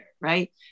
right